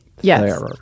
Yes